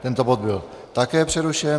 Tento bod byl také přerušen.